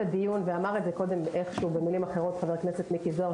ואמר את זה קודם חבר הכנסת מיקי זוהר,